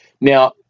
Now